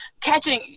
catching